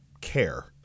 care